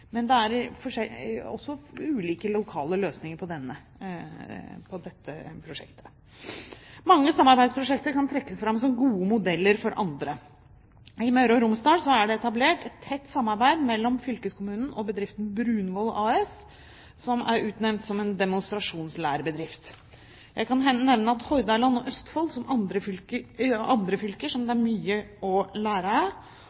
men det er også ulike lokale løsninger i dette prosjektet. Mange samarbeidsprosjekter kan trekkes fram som gode modeller for andre. I Møre og Romsdal er det etablert et tett samarbeid mellom fylkeskommunen og bedriften Brunvoll AS, som er utnevnt som demonstrasjonslærebedrift. Jeg kan nevne Hordaland og Østfold som andre fylker